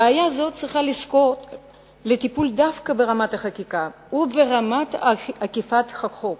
בעיה זו צריכה לזכות לטיפול דווקא ברמת החקיקה וברמת אכיפת החוק,